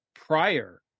prior